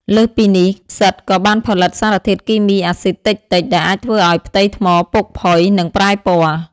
លើសពីនេះ ផ្សិតក៏បានផលិតសារធាតុគីមីអាស៊ីតតិចៗ ដែលអាចធ្វើឱ្យផ្ទៃថ្មពុកផុយ និងប្រែពណ៌។